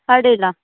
ಅಡ್ಡಿಲ್ಲ